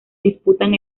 disputan